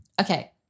Okay